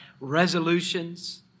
resolutions